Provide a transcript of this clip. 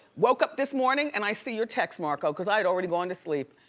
woke up this morning and i see your text, marco. cause i had already gone to sleep.